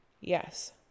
Yes